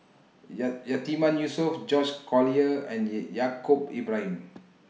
Ya Yatiman Yusof George Collyer and E Yaacob Ibrahim